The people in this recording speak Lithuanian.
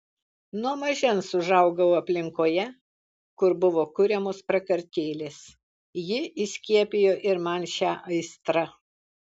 nuo mažens užaugau aplinkoje kur buvo kuriamos prakartėlės ji įskiepijo ir man šią aistrą